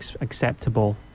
acceptable